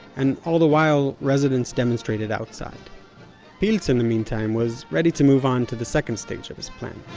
and all the while residents demonstrated outside pilz, in the meantime, was ready to move on to the second stage of his plan.